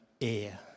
air